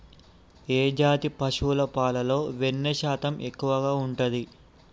ఏ జాతి పశువుల పాలలో వెన్నె శాతం ఎక్కువ ఉంటది?